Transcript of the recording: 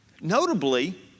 Notably